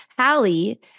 Hallie